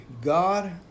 god